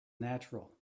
natural